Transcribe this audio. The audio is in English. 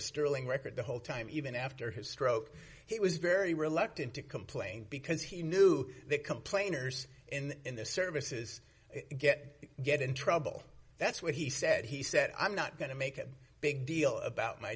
sterling record the whole time even after his stroke he was very reluctant to complain because he knew they complain or zz and the services get get in trouble that's what he said he said i'm not going to make a big deal about my